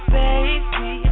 baby